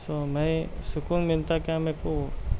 سو میں سکون ملتا کیا میرے کو